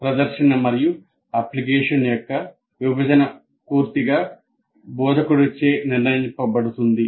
ప్రదర్శన మరియు అప్లికేషన్ యొక్క విభజన పూర్తిగా బోధకుడిచే నిర్ణయించబడుతుంది